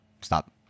stop